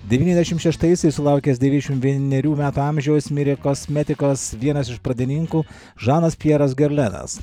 devyniasdešim šeštaisiais sulaukęs devyšim vienerių metų amžiaus mirė kosmetikos vienas iš pradininkų žanas pjeras garlenas